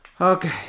Okay